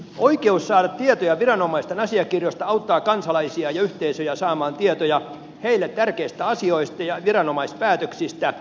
oikeus saada tietoja viranomaisten asiakirjoista auttaa kansalaisia ja yhteisöjä saamaan tietoja heille tärkeistä asioista ja viranomaispäätöksistä